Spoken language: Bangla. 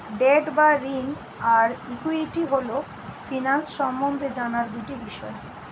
ডেট বা ঋণ আর ইক্যুইটি হল ফিন্যান্স সম্বন্ধে জানার দুটি বিষয়